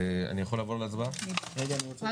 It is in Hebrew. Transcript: זה